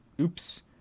oops